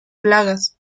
plagas